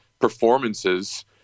performances